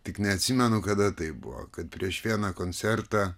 tik neatsimenu kada tai buvo kad prieš vieną koncertą